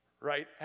right